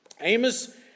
Amos